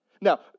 Now